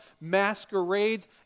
masquerades